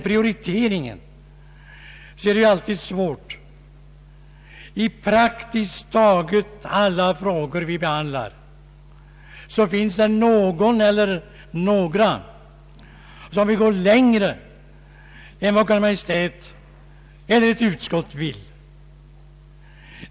Prioriteringen är alltid svår. I praktiskt taget alla frågor som vi behandlar finns det någon eller några som vill gå längre än vad Kungl. Maj:t eller ett utskott föreslår.